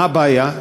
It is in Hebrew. מה הבעיה?